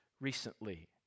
recently